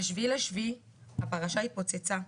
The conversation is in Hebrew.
ב- 7.7 הפרשה התפוצצה.